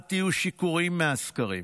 אל תהיו שיכורים מהסקרים.